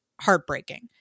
heartbreaking